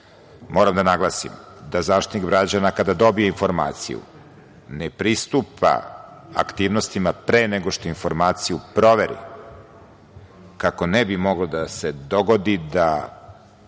Moram da naglasim da Zaštitnik građana kada dobije informaciju, ne pristupa aktivnostima pre nego što informaciju proveri kako ne bi moglo da se dogodi da